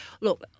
Look